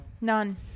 none